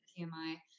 TMI